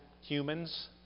humans